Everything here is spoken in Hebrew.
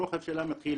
הרוחב שלה מתחיל